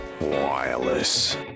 Wireless